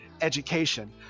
education